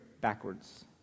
backwards